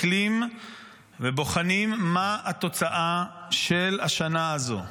מסתכלים ובוחנים מה התוצאה של השנה הזו.